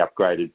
upgraded